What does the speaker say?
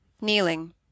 Kneeling